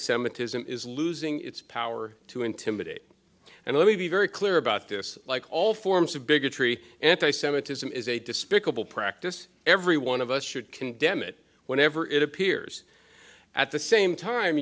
semitism is losing its power to intimidate and let me be very clear about this like all forms of bigotry anti semitism is a despicable practice every one of us should condemn it whenever it appears at the same time